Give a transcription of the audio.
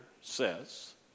says